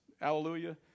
Hallelujah